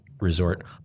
resort